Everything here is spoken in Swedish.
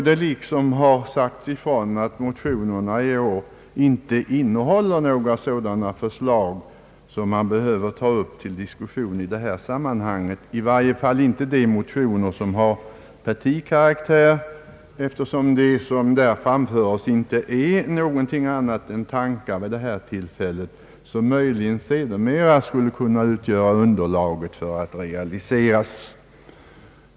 Det har ju sagts ifrån att motionerna i år inte innehåller några sådana förslag som behöver tas upp till diskussion i detta sammanhang, i varje fall inte de motioner som har petitakaraktär. Det som där framföres sägs inte vara någonting annat än tankar vid detta tillfälle, som möjligen sedermera skulle kunna utgöra underlag för att realiseras.